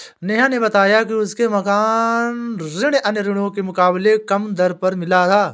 नेहा ने बताया कि उसे मकान ऋण अन्य ऋणों के मुकाबले कम दर पर मिला था